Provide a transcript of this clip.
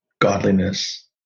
godliness